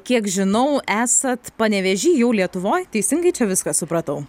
kiek žinau esat panevėžy jau lietuvoj teisingai čia viską supratau